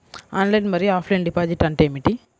Online మరియు offline deposit అంటే ఏమిటి?